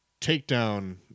takedown